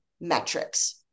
metrics